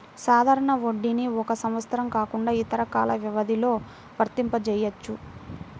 సాధారణ వడ్డీని ఒక సంవత్సరం కాకుండా ఇతర కాల వ్యవధిలో వర్తింపజెయ్యొచ్చు